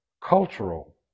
cultural